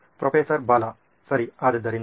professor Bala ಸರಿ ಆದ್ದರಿಂದ